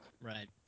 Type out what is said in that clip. right